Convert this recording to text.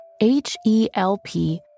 H-E-L-P